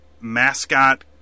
mascot